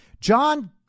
John